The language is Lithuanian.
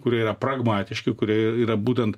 kurie yra pragmatiški kurie yra būtent